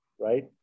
right